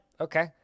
okay